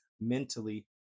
mentally